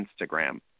Instagram